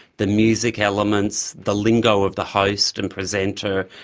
the music elements, the lingo of the host and presenter,